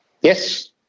Yes